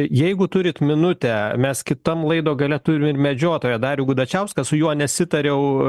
jeigu turit minutę mes kitam laido gale turim ir medžiotoją darių gudačiauską su juo nesitariau